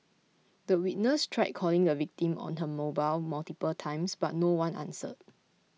the witness tried calling the victim on her mobile multiple times but no one answered